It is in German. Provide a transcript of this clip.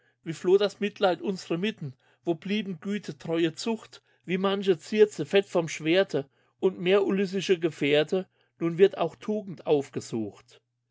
das mitleid unsre mitten wo blieben güte treue zucht wie manche circe fett vom schwerte noch mehr ulyssische gefährte nun wird auch tugend aufgesucht